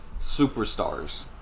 superstars